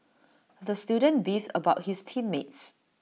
the student beefed about his team mates